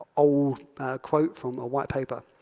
old quote from a white paper,